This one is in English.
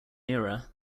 era